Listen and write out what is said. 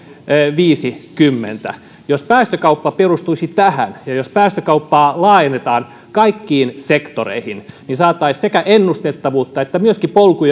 viisikymmentä jos päästökauppa perustuisi tähän ja jos päästökauppaa laajennetaan kaikkiin sektoreihin niin saataisiin sekä ennustettavuutta että myöskin polku